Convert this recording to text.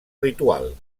ritual